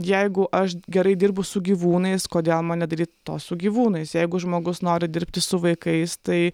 jeigu aš gerai dirbu su gyvūnais kodėl man nedaryt to su gyvūnais jeigu žmogus nori dirbti su vaikais tai